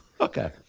Okay